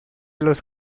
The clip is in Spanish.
los